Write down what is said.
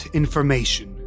information